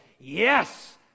yes